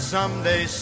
Someday